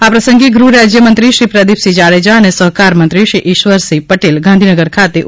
આ પ્રસંગે ગૃહ રાજ્યમંત્રી શ્રી પ્રદિપસિંહ જાડેજા અને સહકાર મંત્રી શ્રી ઈશ્વરસિંહ પટેલ ગાંધીનગર ખાતે ઉપસ્થિત રહ્યા હતા